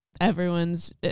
everyone's